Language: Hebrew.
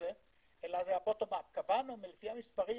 אלא קבענו לפי המספרים